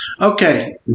Okay